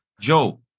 Joe